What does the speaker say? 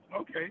okay